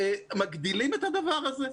מגדילים את הדבר הזה.